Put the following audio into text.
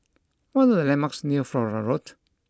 what are the landmarks near Flora Road